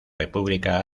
república